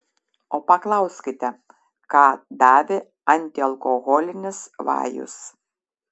o paklauskite ką davė antialkoholinis vajus